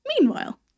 Meanwhile